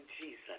Jesus